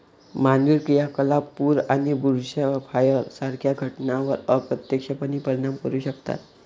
मानवी क्रियाकलाप पूर आणि बुशफायर सारख्या घटनांवर अप्रत्यक्षपणे परिणाम करू शकतात